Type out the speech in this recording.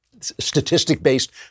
statistic-based